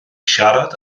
siarad